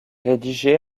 rédigé